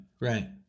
right